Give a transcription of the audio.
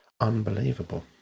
unbelievable